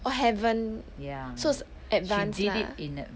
orh haven't so it's advance lah